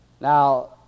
now